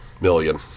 million